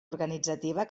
organitzativa